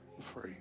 free